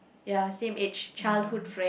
ya same age childhood friend